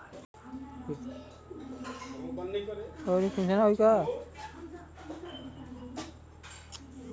पर्यावरण में संतुलन राखे खातिर वन के कटाई कम करके काम होत बा